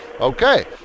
Okay